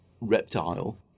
reptile